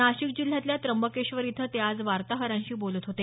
नाशिक जिल्ह्यातल्या त्र्यंबकेश्वर इथं ते आज वार्ताहरांशी बोलत होते